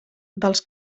dels